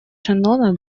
шеннона